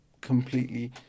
completely